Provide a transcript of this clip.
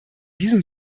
diesem